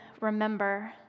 remember